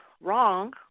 wrong